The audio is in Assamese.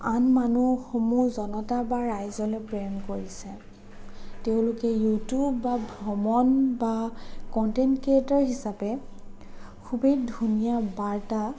আন মানুহ সমূহ জনতা বা ৰাইজলৈ প্ৰেৰণ কৰিছে তেওঁলোকে ইউটিউব বা ভ্ৰমণ বা কনটেণ্ট ক্ৰিয়েটৰ হিচাপে খুবেই ধুনীয়া বাৰ্তা